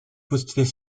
poster